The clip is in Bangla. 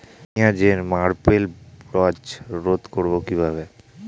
পেঁয়াজের পার্পেল ব্লচ রোধ করবো কিভাবে?